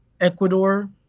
ecuador